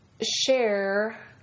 share